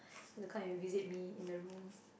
have to come and visit me in the room